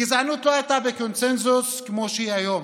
הגזענות לא הייתה בקונסנזוס כמו שהיא היום.